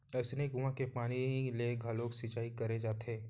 अइसने कुँआ के पानी ले घलोक सिंचई करे जाथे